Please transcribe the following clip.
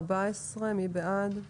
מי בעד תקנה 14?